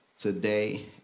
today